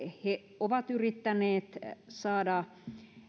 he ovat yrittäneet saada